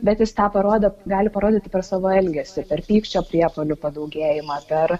bet jis tą parodo gali parodyti per savo elgesį per pykčio priepuolių padaugėjimą per